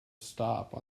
stop